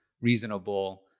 reasonable